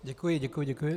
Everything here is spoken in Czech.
Děkuji, děkuji, děkuji.